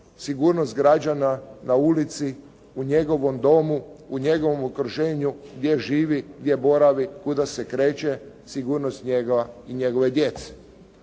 sigurnost građana na ulici, u njegovom domu, u njegovom okruženju gdje živi, gdje boravi, kuda se kreće, sigurnost njega i njegove djece.